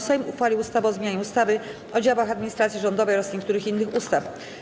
Sejm uchwalił ustawę o zmianie ustawy o działach administracji rządowej oraz niektórych innych ustaw.